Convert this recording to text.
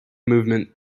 movement